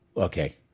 Okay